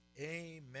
Amen